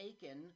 taken